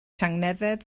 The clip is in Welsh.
tangnefedd